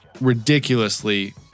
Ridiculously